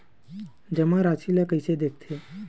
जमा राशि ला कइसे देखथे?